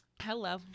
Hello